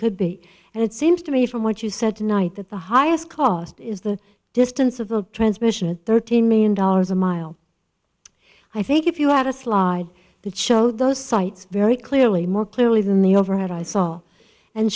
could be and it seems to me from what you said tonight that the highest cost is the distance of a transmission thirteen million dollars a mile i think if you had a slide show those sites very clearly more clearly than the overhead i saw and